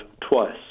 twice